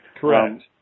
Correct